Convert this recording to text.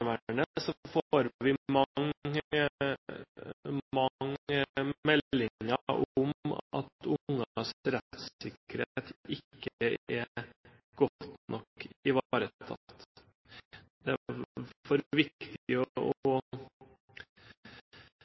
vi mange meldinger om at ungers rettssikkerhet ikke er godt nok ivaretatt. Det er derfor viktig å arbeide videre med å